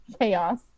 chaos